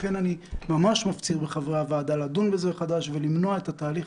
לכן אני ממש מפציר בחברי הוועדה לדון בזה מחדש ולמנוע את התהליך